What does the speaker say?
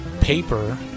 paper